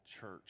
Church